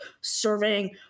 serving